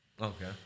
Okay